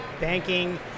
banking